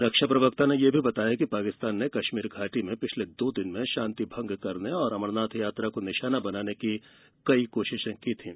रक्षा प्रवक्ता ने यह भी बताया कि पाकिस्तान ने कश्मीर घाटी में पिछले दो दिन में शांति भंग करने और अमरनाथ यात्रा को निशाना बनाने की कई कोशिशें की थीं